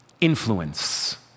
Influence